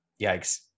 Yikes